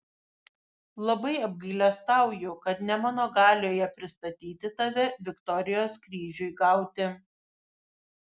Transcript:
labai apgailestauju kad ne mano galioje pristatyti tave viktorijos kryžiui gauti